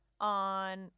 on